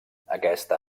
aquesta